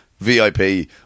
VIP